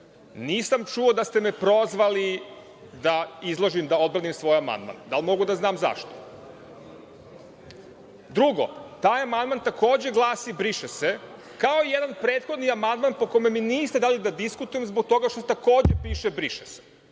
Nisam čuo da ste me prozvali da odbranim svoj amandman. Da li mogu da znam zašto? Drugo, taj amandman takođe glasi: „briše se“, kao i jedan prethodni amandman po kome ni niste dali da diskutujem zbog toga što takođe piše: „briše se“.